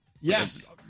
Yes